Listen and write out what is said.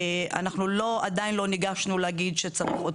אנחנו עדיין לא ניגשנו להגיד שצריך עוד